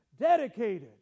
dedicated